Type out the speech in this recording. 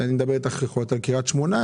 יכול להיות קריית שמונה,